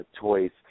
toys